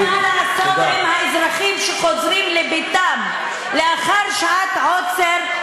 מה לעשות עם האזרחים שחוזרים לביתם לאחר שעת עוצר?